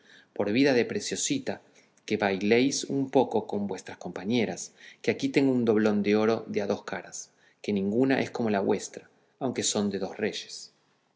por vida de preciosita que bailéis un poco con vuestras compañeras que aquí tengo un doblón de oro de a dos caras que ninguna es como la vuestra aunque son de dos reyes